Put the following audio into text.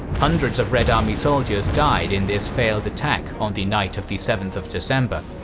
hundreds of red army soldiers died in this failed attack on the night of the seventh of december.